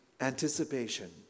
anticipation